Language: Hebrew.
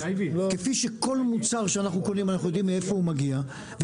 כפי שאנחנו יודעים מאיפה מגיע כל מוצר שאנחנו קונים,